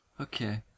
Okay